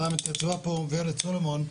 פעם התייצבה פה ורד סולומון,